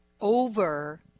over